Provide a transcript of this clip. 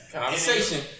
Conversation